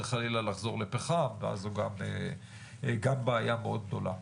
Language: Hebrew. חלילה לחזור לפחם ואז זו גם בעיה מאוד גדולה.